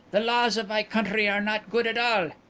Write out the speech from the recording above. the laws of my country are not good at all.